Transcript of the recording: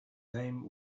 name